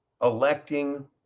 electing